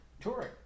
touring